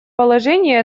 положения